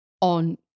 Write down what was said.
on